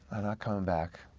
i'm not coming back.